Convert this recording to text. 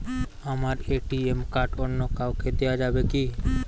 আমার ATM card অন্য কাউকে দেওয়া যাবে কি?